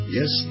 Yes